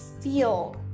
feel